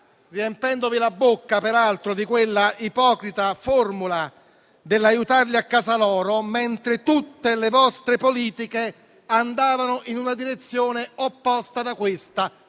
riempendovi la bocca di quella ipocrita formula che dice di "aiutarli a casa loro", mentre tutte le vostre politiche andavano in una direzione opposta, come